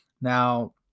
Now